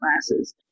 classes